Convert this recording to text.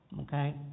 Okay